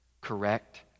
Correct